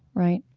right?